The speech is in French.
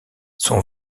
son